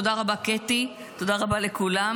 תודה רבה קטי, תודה רבה לכולם.